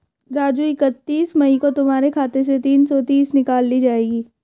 राजू इकतीस मई को तुम्हारे खाते से तीन सौ तीस निकाल ली जाएगी